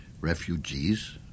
Refugees